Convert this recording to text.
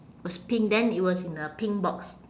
was pink then it was in a pink box